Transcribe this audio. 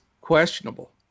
questionable